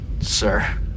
Sir